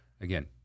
again